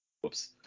Whoops